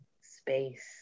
space